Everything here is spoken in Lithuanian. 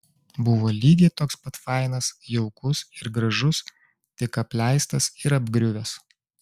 buvo lygiai toks pat fainas jaukus ir gražus tik apleistas ir apgriuvęs